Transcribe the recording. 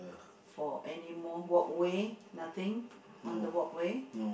four any more walkway nothing on the walkway